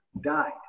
died